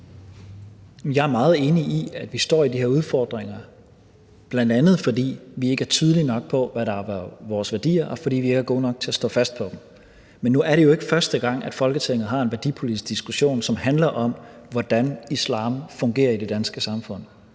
enig i, at vi står med de her udfordringer, bl.a. fordi vi ikke er tydelige nok, med hensyn til hvad vores værdier er, og fordi vi ikke er gode nok til at stå fast på dem. Men nu er det jo ikke første gang, at Folketinget har en værdipolitisk diskussion, som handler om, hvordan islam fungerer i det danske samfund.